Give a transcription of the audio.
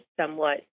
somewhat